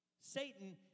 Satan